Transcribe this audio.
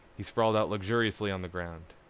he sprawled out luxuriously on the ground.